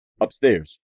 upstairs